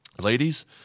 ladies